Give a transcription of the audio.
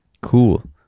Cool